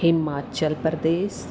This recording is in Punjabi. ਹਿਮਾਚਲ ਪ੍ਰਦੇਸ਼